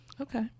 Okay